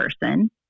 person